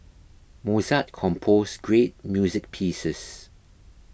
Mozart composed great music pieces